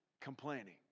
Complaining